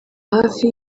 hafi